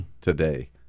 today